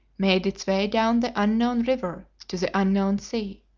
made its way down the unknown river to the unknown sea.